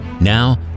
Now